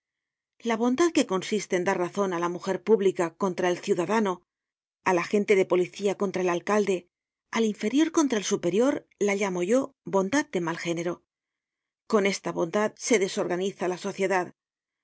la bondad que consiste en dar razon á la mujer pública contra el ciudadano al agente de policía contra el alcalde al inferior contra el superior la llamo yo bondad de mal género con esta bondad se desorganiza la sociedad